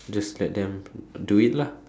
just let them do it lah